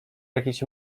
jakiejś